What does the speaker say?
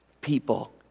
people